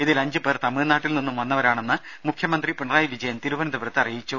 ഇതിൽ അഞ്ചു പേർ തമിഴ്നാട്ടിൽ നിന്നും വന്നവരാണെന്ന് മുഖ്യമന്ത്രി പിണറായി വിജയൻ അറിയിച്ചു